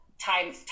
time